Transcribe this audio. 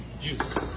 Juice